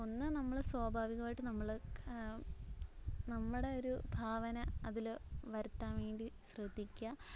ഒന്ന് നമ്മൾ സ്വാഭാവികവായിട്ട് നമ്മൾ നമ്മുടെ ഒരു ഭാവന അതിൽ വരുത്താൻ വേണ്ടി ശ്രദ്ധിക്കുക